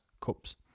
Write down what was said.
cups